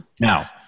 Now